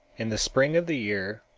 in the spring of the year,